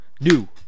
new